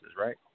right